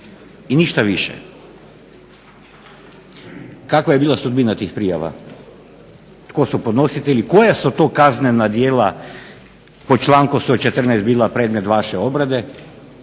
i ništa više. Kakva je bila sudbina tih prijava? Tko su podnositelji? Koja su to kaznena djela po članku 114. bila predmet vaše obrade,